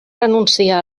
renuncia